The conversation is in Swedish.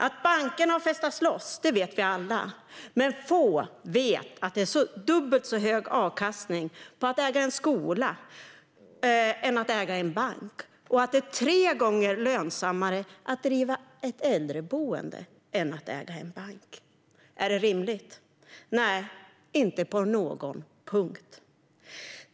Att bankerna har festat loss vet vi alla, men få vet att det är dubbelt så hög avkastning på att äga en skola som på att äga en bank och att det är tre gånger lönsammare att driva ett äldreboende än att äga en bank. Är detta rimligt? Nej, inte på någon punkt.